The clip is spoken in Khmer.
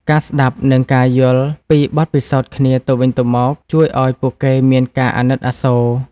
ការស្តាប់និងការយល់ពីបទពិសោធន៍គ្នាទៅវិញទៅមកជួយឱ្យពួកគេមានការអាណិតអាសូរ។